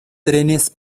trenes